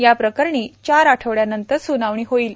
याप्रकरणी चार आठवड्यांनंतर स्नावणी होईल